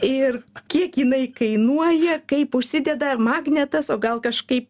ir kiek jinai kainuoja kaip užsideda magnetas o gal kažkaip